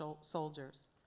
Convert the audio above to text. soldiers